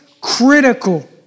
critical